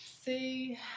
See